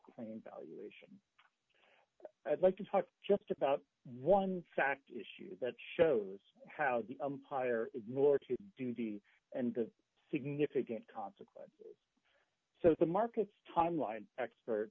claim value i'd like to talk just about one fact issue that shows how the umpire ignore to duty and a significant consequence so the markets timeline expert